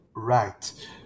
Right